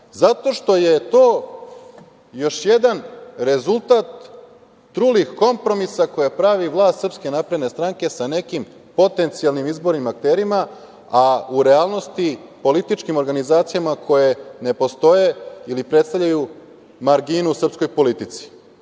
zato što je to još jedan rezultat trulih kompromisa koje pravi vlast SNS sa nekim potencijalnim izbornim akterima, a u realnosti političkim organizacijama koje ne postoje ili predstavljaju marginu u srpskoj politici. Mi